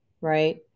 right